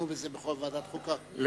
ידונו בזה בוועדת החוקה,